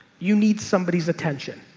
you need somebody's attention.